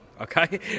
Okay